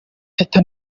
teta